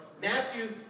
Matthew